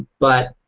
but,